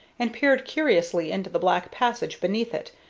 and peered curiously into the black passage beneath it,